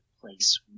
place